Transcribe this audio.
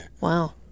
Wow